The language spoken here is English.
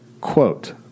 Quote